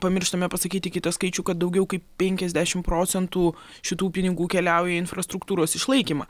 pamirštame pasakyti kitą skaičių kad daugiau kaip penkiasdešim procentų šitų pinigų keliauja į infrastruktūros išlaikymą